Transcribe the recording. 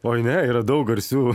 oi ne yra daug garsių